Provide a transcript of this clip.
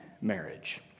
marriage